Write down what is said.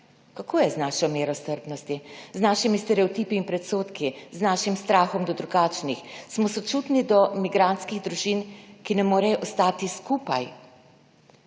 Kako je z našo mero strpnosti, z našimi stereotipi in predsodki, z našim strahom do drugačnih. Smo sočutni do migrantskih družin, ki ne morejo ostati skupaj.